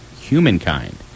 humankind